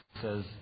says